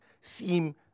seem